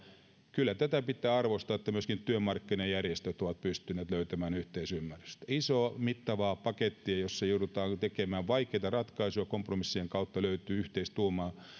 kyllä tätä pitää arvostaa että myöskin työmarkkinajärjestöt ovat pystyneet löytämään yhteisymmärrystä isoa mittavaa pakettia jossa joudutaan tekemään vaikeita ratkaisuja ja kompromissien kautta löytyy yhteistuumaa